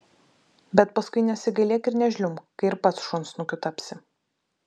bet paskui nesigailėk ir nežliumbk kai ir pats šunsnukiu tapsi